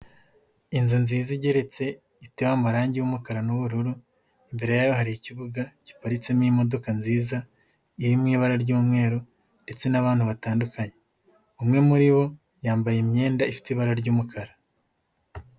Inzu nziza igeretse iteyeho amarangi w'umukara n'ubururu, imbere yayo hari ikibuga giparitsemo imodoka nziza, iri mu ibara ry'umweru ndetse n'abantu batandukanye, umwe muri bo yambaye imyenda ifite ibara ry'umukara.